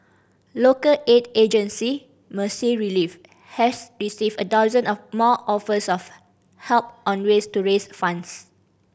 local aid agency Mercy Relief has received a dozen of more offers of help on ways to to raise funds